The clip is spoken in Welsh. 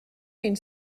ein